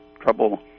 trouble